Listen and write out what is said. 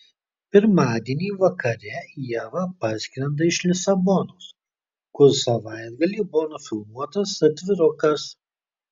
pirmadienį vakare ieva parskrenda iš lisabonos kur savaitgalį buvo nufilmuotas atvirukas